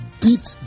beat